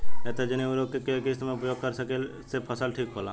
नेत्रजनीय उर्वरक के केय किस्त मे उपयोग करे से फसल ठीक होला?